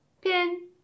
pin